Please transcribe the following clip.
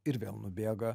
ir vėl nubėga